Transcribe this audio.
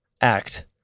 act